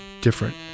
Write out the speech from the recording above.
different